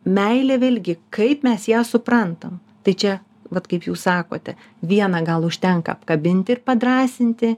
meilė vėlgi kaip mes ją suprantam tai čia vat kaip jūs sakote vieną gal užtenka apkabinti ir padrąsinti